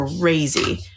crazy